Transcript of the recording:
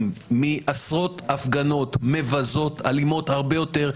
מעשרות הפגנות מבזות ואלימות הרבה יותר,